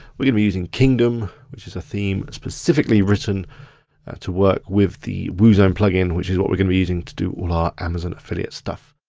we're gonna be using kingdom, which is a theme specifically written to work with the woozone plugin which is what we're gonna be using to do all our amazon affiliate stuff.